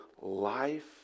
life